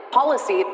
Policy